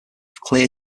clear